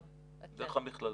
אנחנו, דרך המכללות.